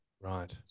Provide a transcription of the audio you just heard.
right